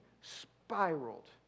spiraled